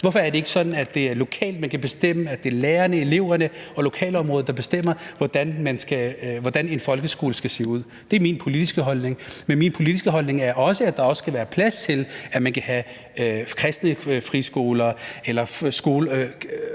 sådan, at det er lokalt, man kan bestemme – altså at det er lærerne, eleverne og lokalområdet, der bestemmer, hvordan en folkeskole skal se ud? Det er min politiske holdning. Men min politiske holdning er også, at der også skal være plads til, at man kan have kristne friskoler eller friskoler